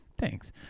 Thanks